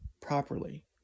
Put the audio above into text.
properly